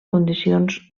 condicions